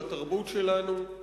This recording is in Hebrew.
לתרבות שלנו.